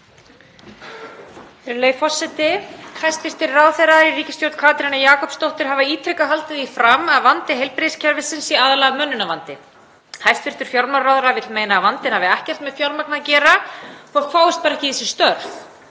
Virðulegi forseti. Hæstv. ráðherrar í ríkisstjórn Katrínar Jakobsdóttur hafa ítrekað haldið því fram að vandi heilbrigðiskerfisins sé aðallega mönnunarvandi. Hæstv. fjármálaráðherra vill meina að vandinn hafi ekkert með fjármagn að gera, fólk fáist bara ekki í þessi störf.